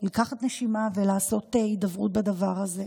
לקחת נשימה ולעשות הידברות בדבר הזה.